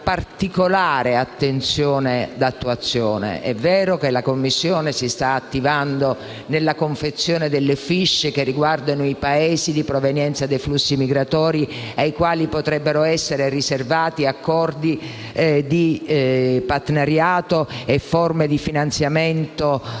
la Commissione si sta attivando nella confezione delle *fiche* che riguardano i Paesi di provenienza dei flussi migratori, ai quali potrebbero essere riservati accordi di partenariato e forme di finanziamento da